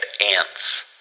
ants